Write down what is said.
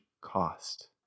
cost